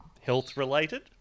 health-related